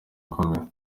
ikomeye